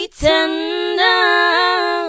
tender